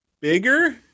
Bigger